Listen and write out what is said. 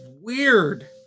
weird